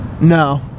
No